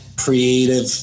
creative